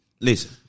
Listen